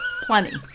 plenty